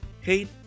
hate